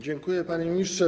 Dziękuję, panie ministrze.